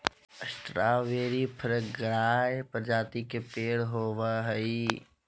strawberry फ्रगार्य प्रजाति के पेड़ होव हई